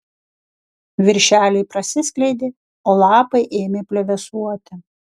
viršeliai prasiskleidė o lapai ėmė plevėsuoti